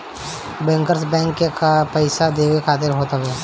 bankers bank, bank के पईसा देवे खातिर होत हवे